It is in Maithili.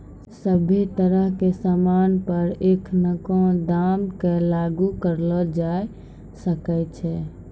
सभ्भे तरह के सामान पर एखनको दाम क लागू करलो जाय सकै छै